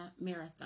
Marathon